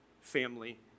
family